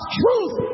truth